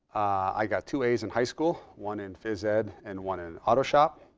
i got two a's in high school, one in phys ed and one in auto shop.